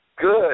Good